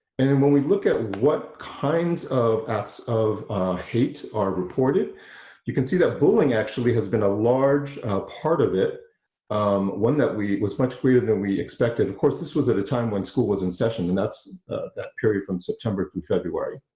and when we look at what kinds of acts of hate are reported you can see that bullying actually has been a large part of it um one that we was much freer than we expected of course this was at a time when school was in session and that's that period from september through february.